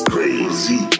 Crazy